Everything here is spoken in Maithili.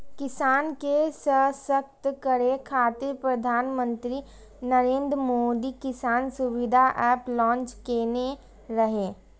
किसान के सशक्त करै खातिर प्रधानमंत्री नरेंद्र मोदी किसान सुविधा एप लॉन्च केने रहै